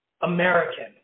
American